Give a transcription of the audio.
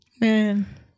man